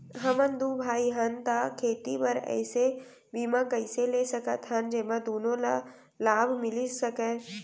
हमन दू भाई हन ता खेती बर ऐसे बीमा कइसे ले सकत हन जेमा दूनो ला लाभ मिलिस सकए?